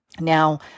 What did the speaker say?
Now